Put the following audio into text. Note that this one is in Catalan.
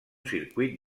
circuit